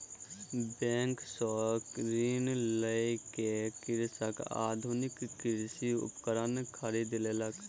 bank सॅ ऋण लय के कृषक आधुनिक कृषि उपकरण खरीद लेलक